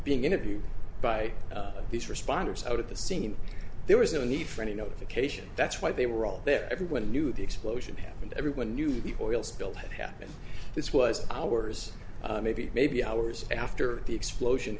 being interviewed by these responders out of the scene there was no need for any notification that's why they were all there everyone knew the explosion happened everyone knew the oil spill had happened this was hours maybe maybe hours after the explosion